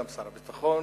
גם שר הביטחון,